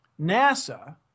NASA